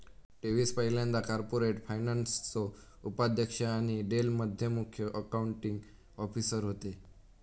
Davis पयल्यांदा corporate फायनान्सचो उपाध्यक्ष आणि डेल मध्ये मुख्य अकाउंटींग ऑफिसर होते